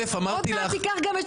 שלא יהיה ספק,